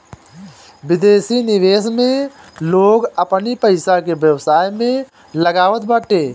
विदेशी निवेश में लोग अपनी पईसा के व्यवसाय में लगावत बाटे